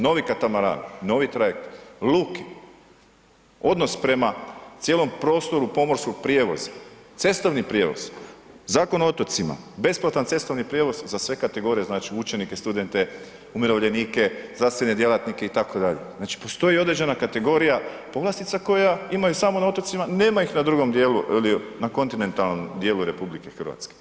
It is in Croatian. Novi katamaran, novi trajekt, luke, odnos prema cijelom prostoru pomorskog prijevoza, cestovni prijevoz, Zakon o otocima, besplatan cestovni prijevoz za sve kategorije, znači učenike, studente, umirovljenike, zdravstvene djelatnike, itd., znači postoji određena kategorija povlastica koja imaju samo na otocima, nema ih na drugom dijelu, na kontinentalnom dijelu RH.